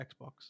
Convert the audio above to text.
Xbox